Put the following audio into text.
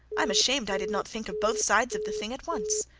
i'm ashamed i did not think of both sides of the thing at once.